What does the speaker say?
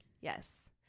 Yes